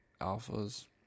alphas